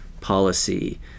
policy